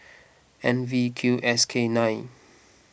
N V Q S K nine